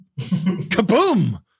kaboom